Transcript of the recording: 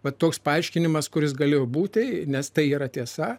va toks paaiškinimas kuris galėjo būt nes tai yra tiesa